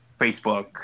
Facebook